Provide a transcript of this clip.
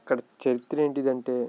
అక్కడ చరిత్ర ఏంటంటే